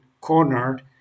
cornered